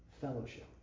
fellowship